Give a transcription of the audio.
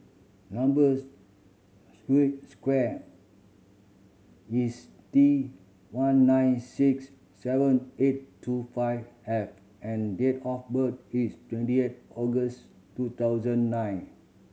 number square is T one nine six seven eight two five F and date of birth is twenty eight August two thousand nine